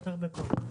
בבקשה.